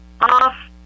off